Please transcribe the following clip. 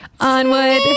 Onward